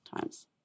times